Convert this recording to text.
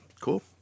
Cool